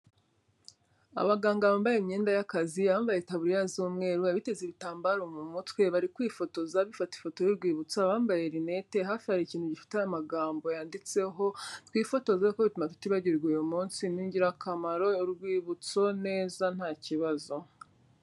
Abaganga bambaye imyenda y'akazi, abambaye itaburiya z'umweru, abitezeza ibitambaro mu mutwe bari kwifotoza bifata ifoto y'urwibutso, abambaye rinete hafi hari ikintu gifite amagambo yanditseho twifotoze kuko bituma tutibagirwa uyu munsi, ni ingirakamaro, urwibutso neza nta kibazo.